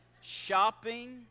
Shopping